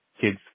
kids